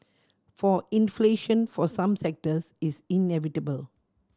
for inflation for some sectors is inevitable